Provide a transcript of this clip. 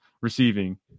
receiving